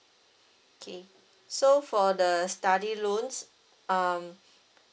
K so for the study loans um